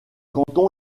canton